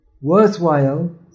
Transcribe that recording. worthwhile